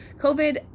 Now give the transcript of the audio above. COVID